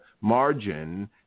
margin